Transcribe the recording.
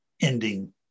ending